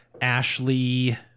Ashley